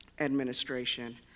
administration